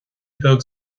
beag